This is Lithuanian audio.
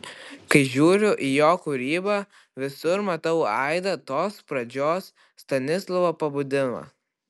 kai žiūriu į jo kūrybą visur matau aidą tos pradžios stanislovo pabudimą